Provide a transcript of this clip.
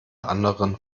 anderen